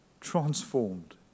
transformed